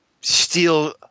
steal